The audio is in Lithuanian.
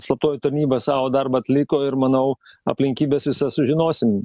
slaptoji tarnyba savo darbą atliko ir manau aplinkybes visas sužinosim